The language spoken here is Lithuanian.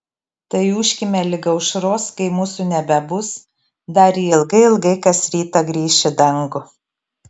tai ūžkime lig aušros kai mūsų nebebus dar ji ilgai ilgai kas rytą grįš į dangų